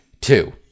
Two